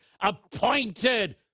appointed